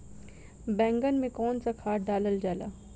बैंगन में कवन सा खाद डालल जाला?